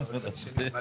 הצבעה